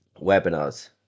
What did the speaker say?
webinars